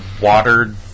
watered